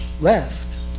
left